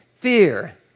Fear